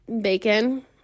bacon